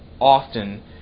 often